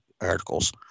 articles